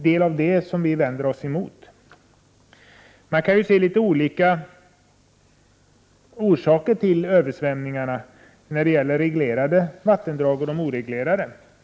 Det är detta som vi i centern vänder oss emot. Det finns olika orsaker till översvämningar i de reglerade vattendragen och ide oreglerade vattendragen.